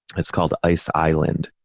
it's called ice island.